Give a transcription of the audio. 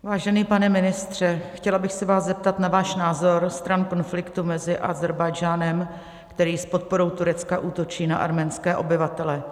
Vážený pane ministře, chtěla bych se vás zeptat na váš názor stran konfliktu mezi Ázerbájdžánem, který s podporou Turecka útočí na arménské obyvatele.